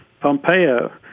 Pompeo